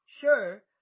Sure